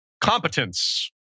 competence